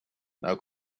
now